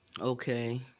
Okay